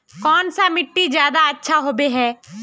कौन सा मिट्टी ज्यादा अच्छा होबे है?